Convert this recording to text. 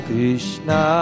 Krishna